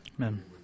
Amen